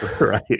Right